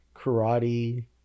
Karate